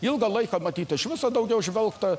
ilgą laiką matyt iš viso daugiau žvelgta